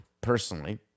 personally